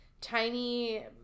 tiny